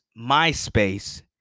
MySpace